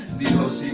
the most